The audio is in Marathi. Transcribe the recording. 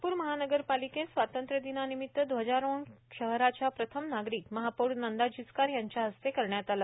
नागपूर महानगपालिकेत स्वातंत्र दिना निमित ध्वजारोहण शहराच्या प्रथम नागरिक महापौर नंदा जिचकार यांच्या हस्ते करण्यात आला